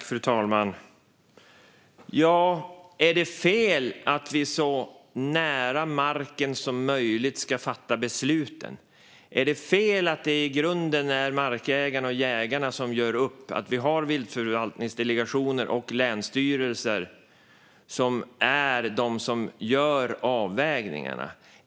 Fru talman! Är det fel att vi ska fatta besluten så nära marken som möjligt? Är det fel att det i grunden är markägarna och jägarna som gör upp och att vi har viltförvaltningsdelegationer och länsstyrelser som gör avvägningarna?